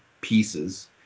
pieces